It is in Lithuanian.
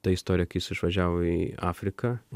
ta istorija kai jis išvažiavo į afriką